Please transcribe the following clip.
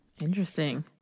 interesting